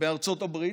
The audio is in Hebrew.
בארצות הברית.